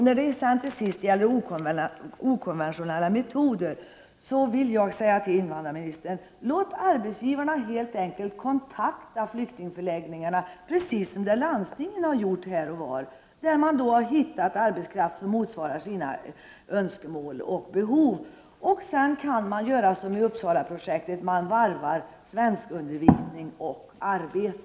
När det gäller okonventionella metoder vill jag säga till invandrarministern: Låt arbetsgivarna helt enkelt kontakta flyktingförläggningarna, precis som en del landsting gjort och på det sättet kunnat finna arbetskraft som motsvarat deras önskemål och behov. Man kan då också, som man gör i Uppsalaprojektet, varva svenskundervisning och arbete.